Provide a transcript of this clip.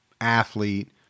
athlete